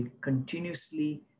continuously